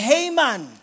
Haman